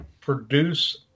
produce –